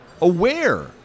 aware